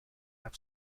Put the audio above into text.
app